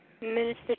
Minister